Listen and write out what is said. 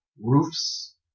roofs